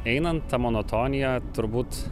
einant ta monotonija turbūt